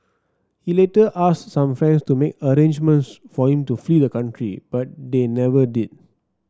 he later asked some friends to make arrangements for him to flee the country but they never did